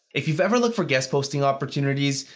if you've ever looked for guest posting opportunities,